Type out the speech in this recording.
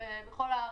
בכל הארץ.